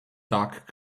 dark